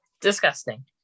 disgusting